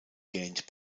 gained